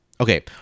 Okay